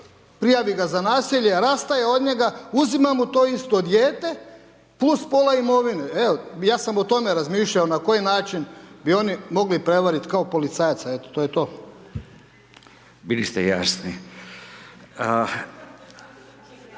prijavi ga za nasilje, rastaje od njega, uzima mu to isto dijete plus pola imovine, evo ja sam o tome razmišljao na koji način bio oni mogli prevariti kao policajac, eto to je to. **Radin, Furio